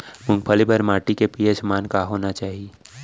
मूंगफली बर माटी के पी.एच मान का होना चाही?